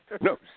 No